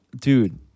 Dude